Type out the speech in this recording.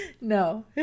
no